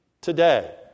Today